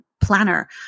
planner